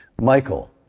Michael